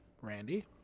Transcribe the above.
Randy